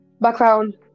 background